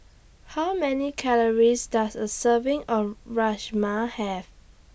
How Many Calories Does A Serving of Rajma Have